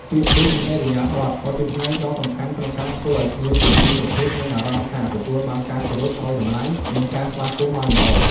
ពាក្យពេចន៍ និងឥរិយាបថក៏ជាផ្នែកដ៏សំខាន់ក្នុងការធ្វើឱ្យភ្ញៀវទាំងពីរប្រភេទមានអារម្មណ៍ថាទទួលបានការគោរពអោយតម្លៃ និងការស្វាគមន៍បានល្អ។